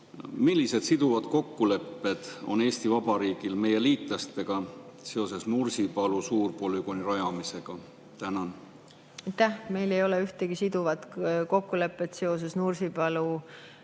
Millised siduvad kokkulepped on Eesti Vabariigil meie liitlastega seoses Nursipalu suurpolügooni rajamisega? Aitäh! Meil ei ole ühtegi siduvat kokkulepet meie